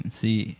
see